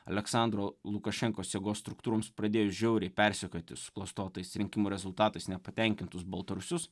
aleksandro lukašenkos jėgos struktūroms pradėjus žiauriai persekioti suklastotais rinkimų rezultatais nepatenkintus baltarusius